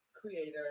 creator